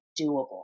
doable